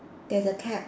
there's a cap